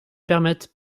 permettent